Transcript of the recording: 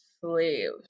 slaves